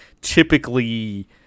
typically